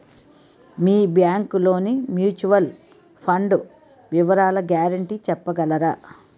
మీ bank లోని mutual fund వివరాల guarantee చెప్పగలరా?